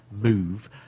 move